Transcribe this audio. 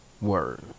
Word